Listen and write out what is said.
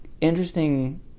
interesting